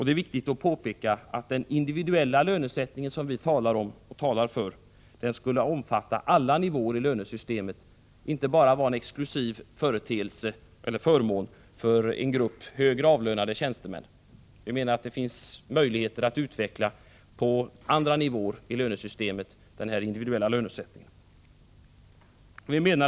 Det är viktigt att påpeka att den individuella lönesättningen, som vi talar för, skulle omfatta alla nivåer i lönesystemet, inte bara vara en exklusiv förmån för en grupp högre avlönade tjänstemän. Vi menar att det finns möjligheter att utveckla den individuella lönesättningen på andra nivåer i lönesystemet.